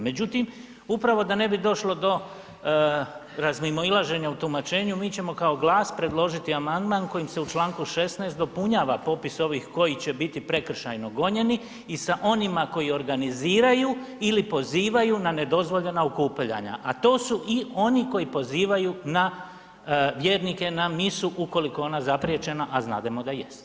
Međutim upravo da ne bi došlo do razmimoilaženja u tumačenju mi ćemo kao GLAS predložiti amandman kojim se u čl. 16.dopunjava popis ovih koji će biti prekršajno gonjeni i sa onima koji organiziraju ili pozivaju na nedozvoljena okupljanja, a to su i oni koji pozivaju vjernike na misu ukoliko je ona zapriječena, a znademo da jest.